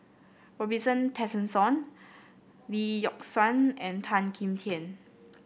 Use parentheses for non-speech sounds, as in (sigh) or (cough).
Robin (unintelligible) Tessensohn Lee Yock Suan and Tan Kim Tian